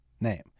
name